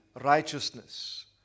righteousness